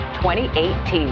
2018